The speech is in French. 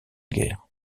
guerre